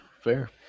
fair